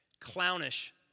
clownish